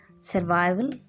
survival